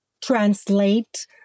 translate